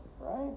right